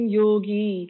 yogi